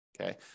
okay